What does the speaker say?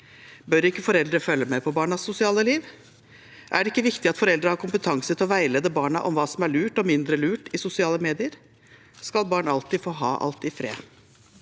Bør ikke foreldre følge med på barnas sosiale liv? Er det ikke viktig at foreldre har kompetanse til å veilede barna om hva som er lurt og mindre lurt i sosiale medier? Skal barn alltid få ha alt i fred?